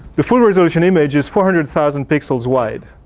the full resolution image is four hundred thousand pixels wide,